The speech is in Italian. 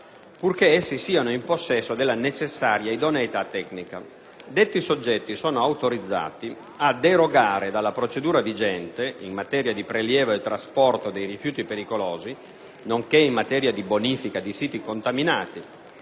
purché essi siano in possesso della necessaria idoneità tecnica. Detti soggetti sono autorizzati a derogare dalla procedura vigente in materia di prelievo e trasporto dei rifiuti pericolosi, nonché in materia di bonifica di siti contaminati.